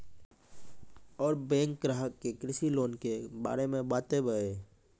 और बैंक ग्राहक के कृषि लोन के बारे मे बातेबे?